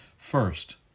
First